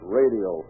radio